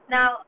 Now